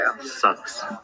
sucks